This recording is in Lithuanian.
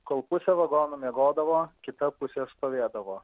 kol pusė vagono miegodavo kita pusė stovėdavo